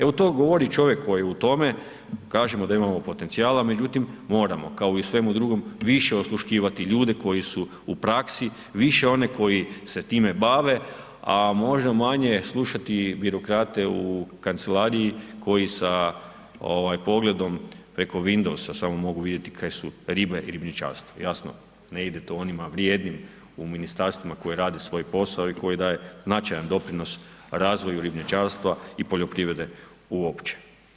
Evo to govori čovjek koji je u tome, kažemo da imamo potencijala međutim, moramo kao u svemu drugom, više osluškivati ljude koji su u praksi, više oni koje se time bave a možda manje slušati birokrate u kancelariji koji sa pogledom preko Windowsa samo mogu vidjeti kaj su ribe i ribničarstvo, jasno, ne ide to onima vrijednima u ministarstvima koji rade svoj posao i koji daju značajan doprinos razvoju ribničarstva i poljoprivrede uopće.